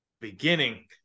beginning